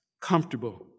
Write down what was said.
comfortable